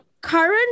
current